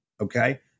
okay